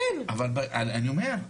אני אומר,